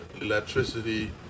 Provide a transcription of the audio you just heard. electricity